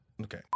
okay